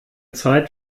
zeit